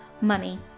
money